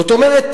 זאת אומרת,